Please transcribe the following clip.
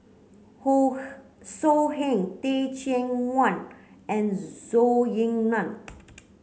who so Heng Teh Cheang Wan and Zhou Ying Nan